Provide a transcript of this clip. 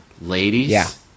ladies